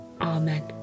Amen